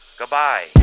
goodbye